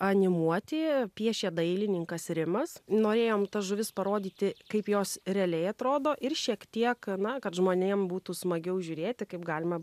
animuoti piešė dailininkas rimas norėjom tas žuvis parodyti kaip jos realiai atrodo ir šiek tiek na kad žmonėm būtų smagiau žiūrėti kaip galima